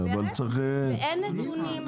אין נתונים,